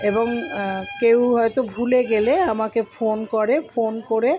এবং কেউ হয়তো ভুলে গেলে আমাকে ফোন করে ফোন করে